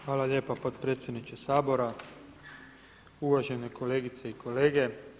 Hvala lijepa potpredsjedniče Sabora, uvažene kolegice i kolege.